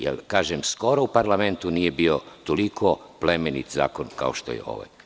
Jer, kažem, skoro u parlamentu nije bio toliko plemenit zakon kao što je ovaj.